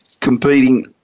competing